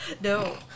No